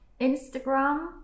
Instagram